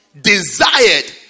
desired